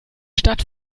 stadt